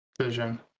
vision